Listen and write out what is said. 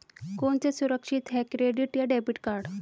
कौन सा सुरक्षित है क्रेडिट या डेबिट कार्ड?